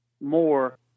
more